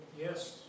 Yes